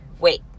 wait